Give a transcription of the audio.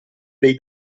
dei